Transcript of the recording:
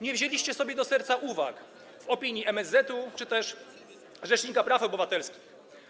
Nie wzięliście sobie do serca uwag w opinii MSZ-etu czy też rzecznika praw obywatelskich.